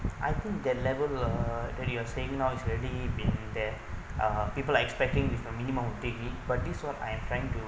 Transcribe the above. I think that level uh that you are saying now is really been there uh people are expecting with a minimum thing but this one I'm trying to